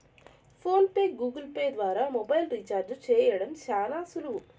phone pay, Google Pay ద్వారా కూడా mobile recharge చేయడం శానా సులువు